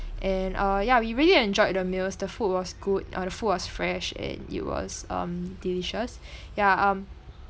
and uh yeah we really enjoyed the meals the food was good uh the food was fresh and it was um delicious ya um